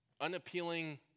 unappealing